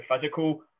physical